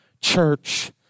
church